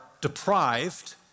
deprived